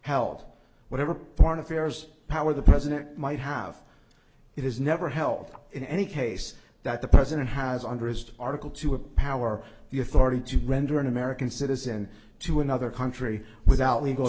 held whatever part of fairest power the president might have it is never help in any case that the president has under is article two a power the authority to render an american citizen to another country without legal